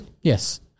Yes